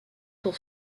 pour